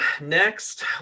next